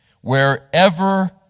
wherever